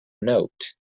note